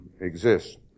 exist